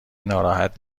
ناراحت